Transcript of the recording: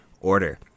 order